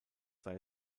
sei